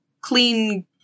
clean